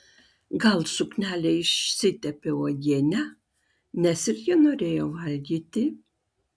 gal suknelė išsitepė uogiene nes irgi norėjo valgyti